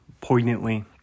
poignantly